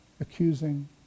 accusing